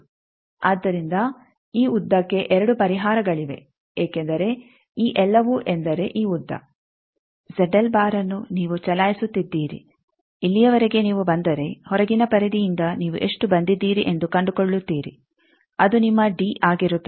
ಆದ್ದರಿಂದ ಈ ಉದ್ದಕ್ಕೆ 2 ಪರಿಹಾರಗಳಿವೆ ಏಕೆಂದರೆ ಈ ಎಲ್ಲವೂ ಎಂದರೆ ಈ ಉದ್ದ ಅನ್ನು ನೀವು ಚಲಾಯಿಸುತ್ತಿದ್ದೀರಿ ಇಲ್ಲಿಯವರೆಗೆ ನೀವು ಬಂದರೆ ಹೊರಗಿನ ಪರಿಧಿಯಿಂದ ನೀವು ಎಷ್ಟು ಬಂದಿದ್ದೀರಿ ಎಂದು ಕಂಡುಕೊಳ್ಳುತ್ತೀರಿ ಅದು ನಿಮ್ಮ ಡಿ ಆಗಿರುತ್ತದೆ